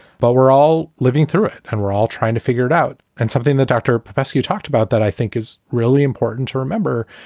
but we're all living through it and we're all trying to figure it out. and something the doctor professor you talked about that i think is really important to remember